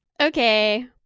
Okay